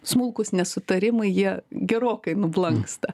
smulkūs nesutarimai jie gerokai nublanksta